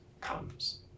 comes